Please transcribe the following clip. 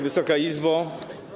Wysoka Izbo!